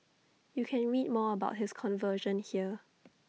you can read more about his conversion here